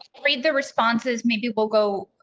read the responses. maybe we'll go.